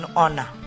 honor